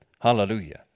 Hallelujah